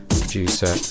producer